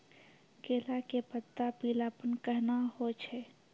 केला के पत्ता पीलापन कहना हो छै?